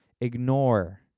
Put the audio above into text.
Ignore